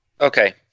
okay